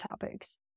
topics